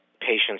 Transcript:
patients